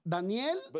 Daniel